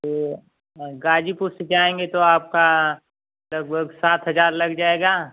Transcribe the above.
तो ग़ाज़ीपुर से जाएँगे तो आपका लगभग सात हज़ार लग जाएगा